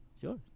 Sure